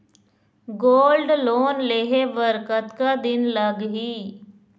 Gold loan लेहे बर कतका दिन लगही?